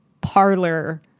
parlor